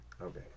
Okay